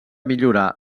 millorar